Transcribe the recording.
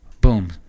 Boom